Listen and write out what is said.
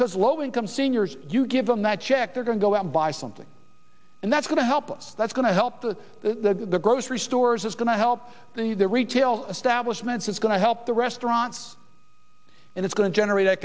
because low income seniors you give them that check they're going to go out and buy something and that's going to help us that's going to help the grocery stores it's going to help the the retail establishments it's going to help the restaurants and it's going to generate